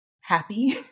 happy